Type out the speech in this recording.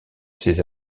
ses